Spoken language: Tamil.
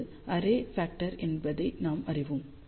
இது அரே ஃபக்டர் என்பதை நாம் அறிவோம்